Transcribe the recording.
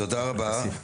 תודה רבה.